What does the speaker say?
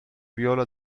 viola